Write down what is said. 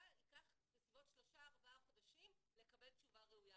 ייקח בסביבות שלושה- ארבעה חודשים לקבל תשובה ראויה.